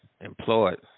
employed